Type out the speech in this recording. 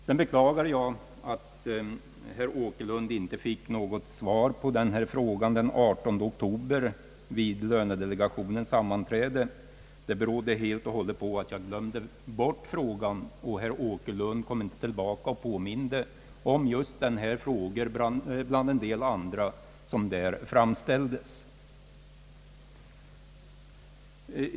Sedan beklagar jag att herr Åkerlund icke fick något svar den 18 oktober vid lönedelegationens sammanträde. Det berodde helt och hållet på att jag glömde bort frågan, och herr Åkerlund kom inte heller tillbaka och påminde om just denna fråga bland en del andra som framfördes.